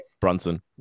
Brunson